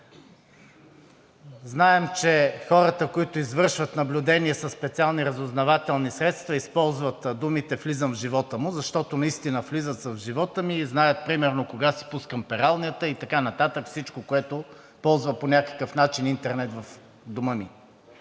Знаем, че хората, които извършват наблюдения със специални разузнавателни средства, използват думите „влизам в живота му“, защото наистина влизат в живота ни и знаят примерно кога си пускам пералнята и така нататък, всичко, което ползва по някакъв начин интернет в дома ми